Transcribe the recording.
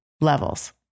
levels